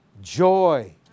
joy